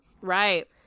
Right